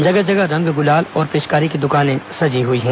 जगह जगह रंग गुलाल और पिचकारी की दुकानें सजी हुई हैं